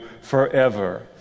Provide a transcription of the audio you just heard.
forever